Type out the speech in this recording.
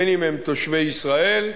בין שהם תושבי ישראל,